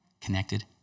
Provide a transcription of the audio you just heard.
connected